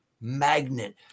magnet